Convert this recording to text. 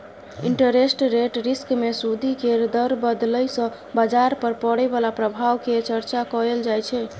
interest rate risk मे सूदि केर दर बदलय सँ बजार पर पड़य बला प्रभाव केर चर्चा कएल जाइ छै